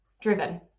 driven